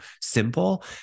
simple